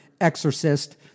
exorcist